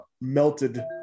melted